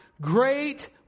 great